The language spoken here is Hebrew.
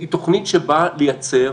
היא תוכנית שבאה לייצר